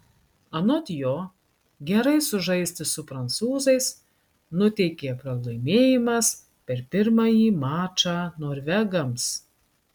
anot jo gerai sužaisti su prancūzais nuteikė pralaimėjimas per pirmąjį mačą norvegams